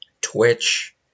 Twitch